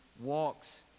walks